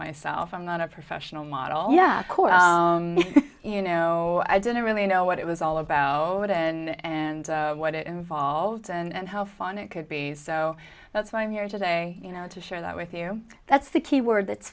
myself i'm not a professional model yeah you know i didn't really know what it was all about and what it involves and how fun it could be so that's why i'm here today you know to share that with you that's the keyword that's